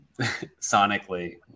sonically